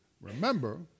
Remember